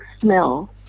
smell